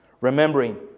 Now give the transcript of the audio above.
Remembering